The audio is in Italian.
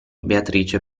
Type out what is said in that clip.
beatrice